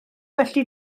felly